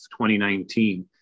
2019